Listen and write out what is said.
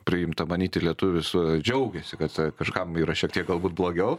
priimta manyti lietuvis džiaugėsi kad kažkam yra šiek tiek galbūt blogiau